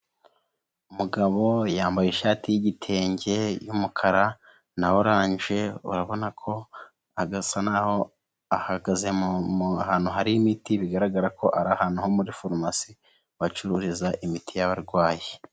Umugabo yambaye ishati y'igitenge y'umukara na oranje, urabona ko agasa n'aho ahagaze ahantu hari imiti, bigaragara ko ari ahantu ho muri farumasi, bacururiza imiti y'abarwayi.